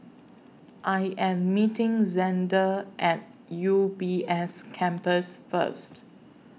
I Am meeting Zander At U B S Campus First